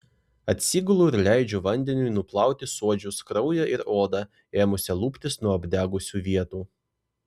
atsigulu ir leidžiu vandeniui nuplauti suodžius kraują ir odą ėmusią luptis nuo apdegusių vietų